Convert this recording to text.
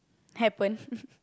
happen